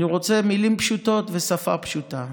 אני רוצה מילים פשוטות ושפה פשוטה,